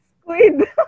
Squid